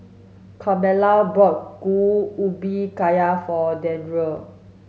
Carmella bought Kuih Ubi Kayu for Dandre